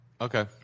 Okay